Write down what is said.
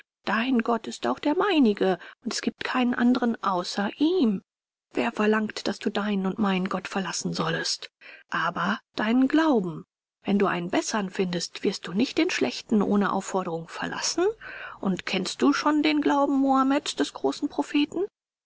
dein gott ist auch der meinige und es giebt keinen anderen außer ihm wer verlangt daß du deinen und meinen gott verlassen sollest aber deinen glauben wenn du einen bessern findest wirst du nicht den schlechten ohne aufforderung verlassen und kennst du schon den glauben muhameds des großen propheten